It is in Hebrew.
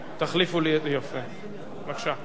בבקשה.